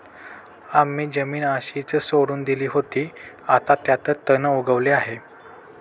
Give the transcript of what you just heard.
आम्ही जमीन अशीच सोडून दिली होती, आता त्यात तण उगवले आहे